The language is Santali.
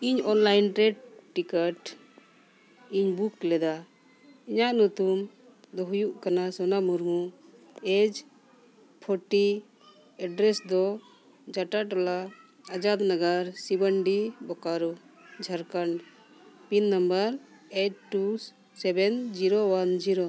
ᱤᱧ ᱚᱱᱞᱟᱭᱤᱱ ᱨᱮ ᱴᱤᱠᱮᱴ ᱤᱧ ᱵᱩᱠ ᱞᱮᱫᱟ ᱤᱧᱟᱹᱜ ᱧᱩᱛᱩᱢ ᱫᱚ ᱦᱩᱭᱩᱜ ᱠᱟᱱᱟ Sona Murmu H forty address ᱫᱚ Jhanta Tola Azad Nagar Sibandi Bokaro Jharkhand pin number eight two seven zero one zero